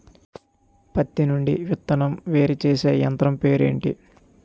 పత్తి నుండి విత్తనం వేరుచేసే యంత్రం పేరు ఏంటి